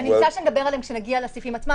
שאני מציעה שנדבר עליהם כשנגיע לסעיפים עצמם,